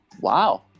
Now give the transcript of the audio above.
Wow